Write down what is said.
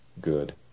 good